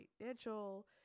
financial